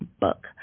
book